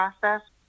process